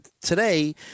Today